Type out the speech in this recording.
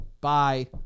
Bye